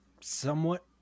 somewhat